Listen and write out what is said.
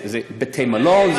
זה בתי-מלון,